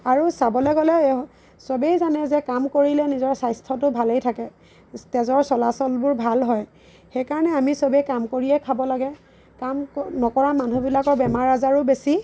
আৰু চাবলৈ গ'লে চবেই জানে যে কাম কৰিলে নিজৰ স্বাস্থ্যটো ভালে থাকে তেজৰ চলাচলবোৰ ভাল হয় সেইকাৰণে আমি চবেই কাম কৰিয়ে খাব লাগে কাম নকৰা মানুহবিলাকৰ বেমাৰ আজাৰো বেছি